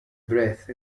breath